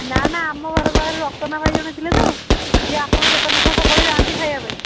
ନା ନା ଆମ ଘର ପାଖରେ ରତନା ଭାଇ ଜଣେ ଥିଲେ ତ ସିଏ ଆପଣଙ୍କ ଦୋକାନକୁ କଣ ସବୁବେଳେ ଯାଆନ୍ତି ଖାଇବାପାଇଁ